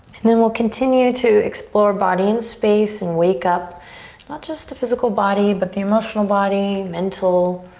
and then we'll continue to explore body and space and wake up not just the physical body but the emotional body, mental,